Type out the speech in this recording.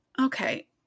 okay